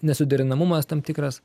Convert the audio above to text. nesuderinamumas tam tikras